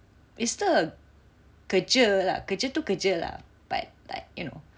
it's still a kerja ah kerja tu kerja lah but like you know